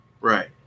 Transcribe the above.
Right